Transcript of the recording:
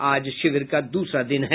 आज शिविर का दूसरा दिन है